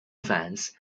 fans